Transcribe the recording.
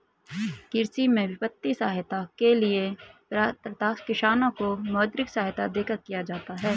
कृषि में वित्तीय सहायता के लिए पात्रता किसानों को मौद्रिक सहायता देकर किया जाता है